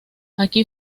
aquí